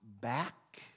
back